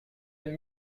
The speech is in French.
aime